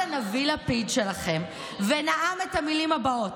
הנביא לפיד שלכם ונאם את המילים הבאות: